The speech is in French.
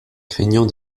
craignant